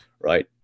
Right